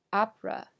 opera